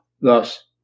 Thus